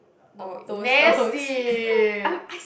oh nasty